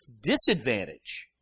disadvantage